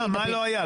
מה לא היה?